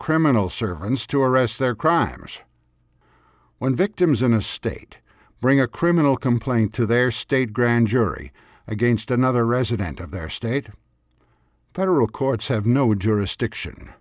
criminal servants to arrest their crimes when victims in a state bring a criminal complaint to their state grand jury against another resident of their state federal courts have no jurisdiction